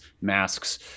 masks